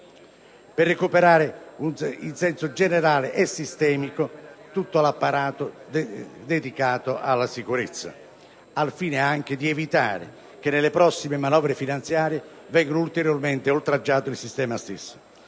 per recuperare il senso generale e sistemico di tutto l'apparato dedicato alla sicurezza, anche al fine di evitare che nelle prossime manovre finanziarie venga ulteriormente oltraggiato il sistema stesso.